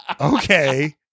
Okay